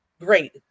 Great